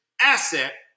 asset